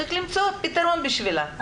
שצריך למצוא פתרון בשבילה.